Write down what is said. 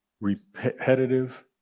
repetitive